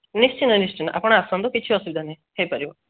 ନିଶ୍ଚିନ୍ତ ନିଶ୍ଚିନ୍ତ ଆପଣ ଆସନ୍ତୁ କିଛି ଅସୁବିଧା ନାହିଁ ହୋଇପାରିବ